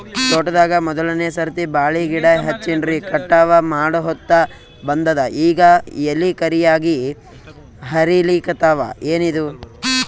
ತೋಟದಾಗ ಮೋದಲನೆ ಸರ್ತಿ ಬಾಳಿ ಗಿಡ ಹಚ್ಚಿನ್ರಿ, ಕಟಾವ ಮಾಡಹೊತ್ತ ಬಂದದ ಈಗ ಎಲಿ ಕರಿಯಾಗಿ ಹರಿಲಿಕತ್ತಾವ, ಏನಿದು?